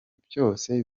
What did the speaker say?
byose